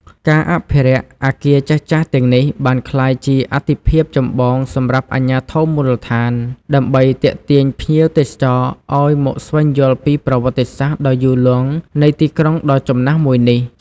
ការអភិរក្សអគារចាស់ៗទាំងនេះបានក្លាយជាអាទិភាពចម្បងសម្រាប់អាជ្ញាធរមូលដ្ឋាន ដើម្បីទាក់ទាញភ្ញៀវទេសចរឱ្យមកស្វែងយល់ពីប្រវត្តិសាស្ត្រដ៏យូរលង់នៃទីក្រុងដ៏ចំណាស់មួយនេះ។